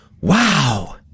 Wow